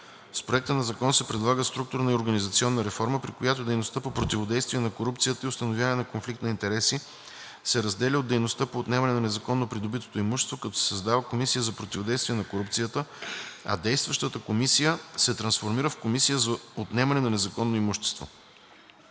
С Проекта на закон се предлага структурна и организационна реформа, при която дейността по противодействие на корупцията и установяване на конфликт на интереси се разделя от дейността по отнемане на незаконно придобитото имущество, като се създава Комисия за противодействие на корупцията, а действащата Комисия за противодействие на корупцията и за отнемане на незаконно придобитото